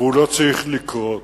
והוא לא צריך לקרות.